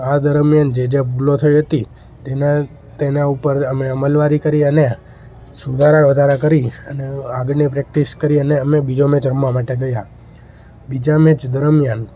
આ દરમ્યાન જે જે ભૂલો થઈ હતી તેના તેના ઉપર અમે અમલવારી કરી અને સુધારા વધારા કરી અને આગળની પ્રેક્ટિસ કરી અને અમે બીજો મેચ રમવા માટે ગયા બીજા મેચ દરમ્યાન